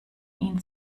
ihn